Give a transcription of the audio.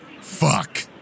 fuck